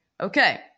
Okay